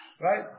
Right